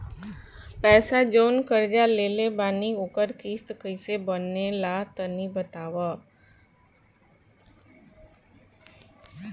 पैसा जऊन कर्जा लेले बानी ओकर किश्त कइसे बनेला तनी बताव?